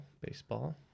baseball